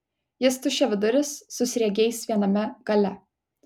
jis tuščiaviduris su sriegiais viename gale